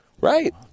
Right